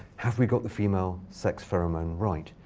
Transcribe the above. have we got the female sex pheromone right?